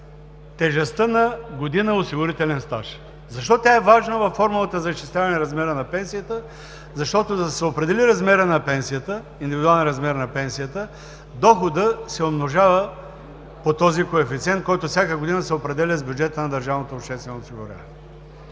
тежестта на година осигурителен стаж. Защо тя е важна във формулата за изчисляване размера на пенсията? Защото, за да се определи индивидуалния размер на пенсията, доходът се умножава по този коефициент, който всяка година се определя с бюджета на